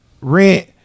rent